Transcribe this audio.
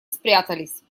спрятались